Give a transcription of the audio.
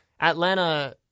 Atlanta